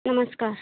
नमस्कार